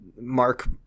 mark